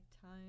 time